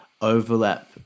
overlap